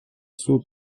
суд